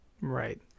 Right